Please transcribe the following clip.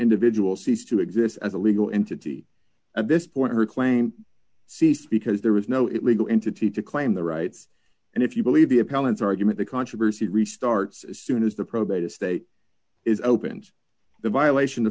individual ceased to exist as a legal entity at this point her claim ceased because there was no it legal entity to claim the rights and if you believe the appellant's argument the controversy restarts soon as the probate estate is opened the violation of